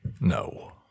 no